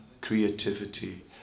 creativity